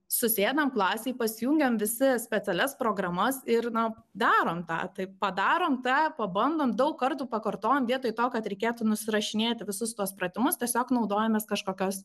susėdame klasei pasijungiame visi specialias programas ir na darome tą tai padarome tą pabandome daug kartų pakartoti vietoj to kad reikėtų nusirašinėti visus tuos pratimus tiesiog naudojamės kažkokios